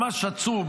ממש עצום.